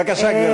בבקשה, גברתי.